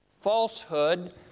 falsehood